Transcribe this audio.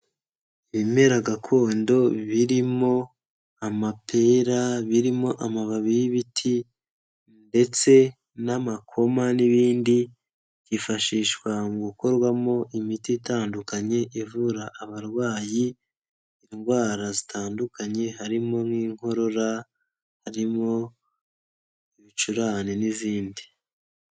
Ibimera gakondo birimo amapera, birimo amababi y'ibiti ndetse n'amakoma n'ibindi byifashishwa mu gukorwamo imiti itandukanye, ivura abarwayi, indwara zitandukanye, harimo nk'inkorora, harimo ibicurane n'izindi.